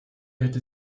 hätte